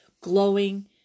glowing